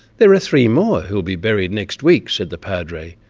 there are three more who will be buried next week said the padre,